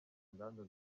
nganda